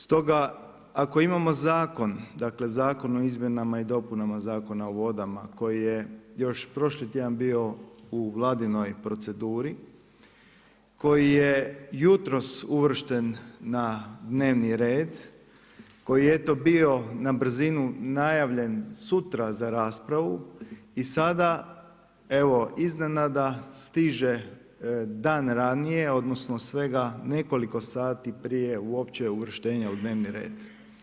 Stoga ako imamo zakon o izmjenama i dopunama Zakona o vodama koji je još prošli tjedan bio u Vladinoj proceduri, koji je jutros uvršten na dnevni red, koji je eto bio na brzinu najavljen sutra za raspravu i sada iznenada stiže dan ranije odnosno svega nekoliko sati prije uopće uvrštenja u dnevni red.